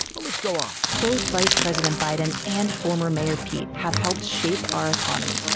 but let's go on both vice president biden and former mayor pete have helped shape our economy.